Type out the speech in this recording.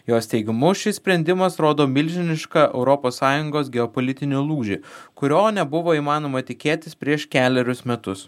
jos teigimu šis sprendimas rodo milžinišką europos sąjungos geopolitinį lūžį kurio nebuvo įmanoma tikėtis prieš kelerius metus